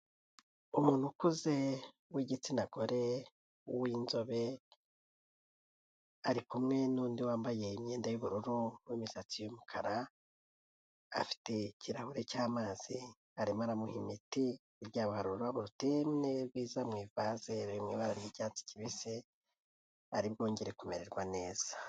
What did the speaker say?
Umuntu ukuze w'igitsina gore winzobe ari kumwe n'undi wambaye imyenda y'ubururu n'imisatsi y'umukara afite ikirahure cy'amazi arimo aramuha imiti hirya yabo hari ururabo mi ivaze mu ibara ry'icyatsi kibisi aribwongere kumererwa neza.